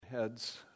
heads